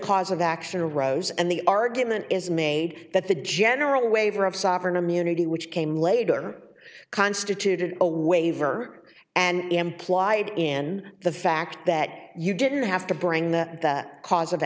cause of action rose and the argument is made that the general waiver of sovereign immunity which came later constituted a waiver and implied in the fact that you didn't have to bring the cause of